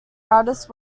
artist